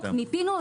מיפינו.